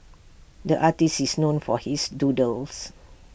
the artist is known for his doodles